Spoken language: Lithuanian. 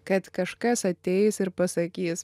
kad kažkas ateis ir pasakys